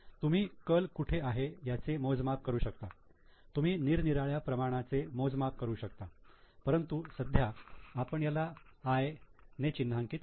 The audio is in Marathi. तुम्ही कल कुठे आहे याचे मोजमाप करु शकत तुम्ही निरनिराळ्या प्रमाणाचे मोजमाप करु शकता परंतु सध्या आपण याला 'I' ने चिन्हांकित करू